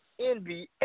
NBA